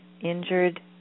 injured